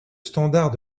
standard